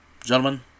Gentlemen